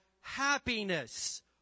happiness